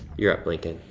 you're up lincoln.